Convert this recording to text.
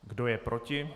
Kdo je proti?